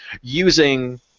using